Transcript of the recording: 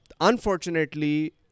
unfortunately